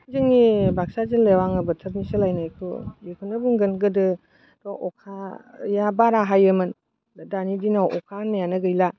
जोंनि बाक्सा जिल्लायाव आङो बोथोरनि सोलायनायखौ बेखौनो बुंगोन गोदो अखाया बारा हायोमोन दानि दिनाव अखा होन्नायानो गैला